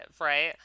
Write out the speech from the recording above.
right